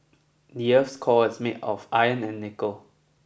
the earth's core is made of iron and nickel